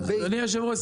אדוני היושב-ראש,